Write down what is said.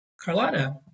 Carlotta